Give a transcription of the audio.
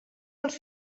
els